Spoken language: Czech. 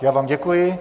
Já vám děkuji.